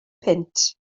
punt